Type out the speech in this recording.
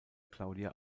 claudia